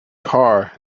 carr